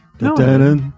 No